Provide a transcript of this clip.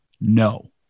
no